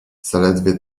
zaledwie